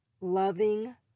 loving